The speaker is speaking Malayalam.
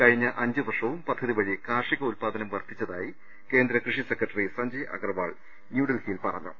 കഴിഞ്ഞ അഞ്ചുവർഷവും പദ്ധതി വഴി കാർഷിക ഉൽപാദനം വർദ്ധി ച്ചതായി കേന്ദ്ര കൃഷി സെക്രട്ടറി സഞ്ജയ് അഗർവാൾ ന്യൂഡൽഹിയിൽ പറഞ്ഞു